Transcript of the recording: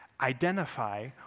Identify